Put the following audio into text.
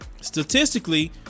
Statistically